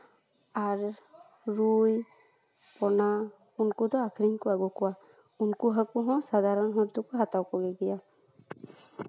ᱟᱨ ᱨᱩᱭ ᱯᱚᱱᱟ ᱩᱱᱠᱩ ᱫᱚ ᱟᱹᱠᱷᱨᱤᱧ ᱠᱚ ᱟᱹᱜᱩ ᱠᱚᱣᱟ ᱩᱱᱠᱩ ᱦᱟᱠᱳ ᱦᱚᱸ ᱥᱟᱫᱷᱟᱨᱚᱱ ᱦᱚᱲ ᱫᱚᱠᱚ ᱦᱟᱛᱟᱣ ᱠᱚᱜᱮᱭᱟ